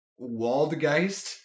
Waldgeist